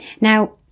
Now